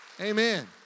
Amen